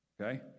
Okay